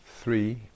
three